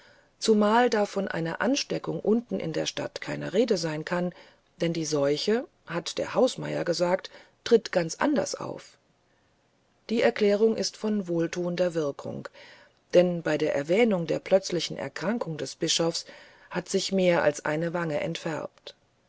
zumal da von einer ansteckung unten in der stadt keine rede sein kann denn die seuche hat der hausmeier gesagt tritt ganz anders auf diese erklärung ist von wohltuender wirkung denn bei der erwähnung der plötzlichen erkrankung des bischofs hat sich mehr als eine wange entfärbt